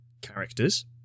characters